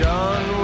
Done